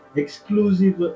exclusive